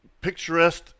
picturesque